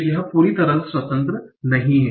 तो यह पूरी तरह से स्वतंत्र नहीं है